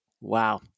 Wow